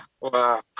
Wow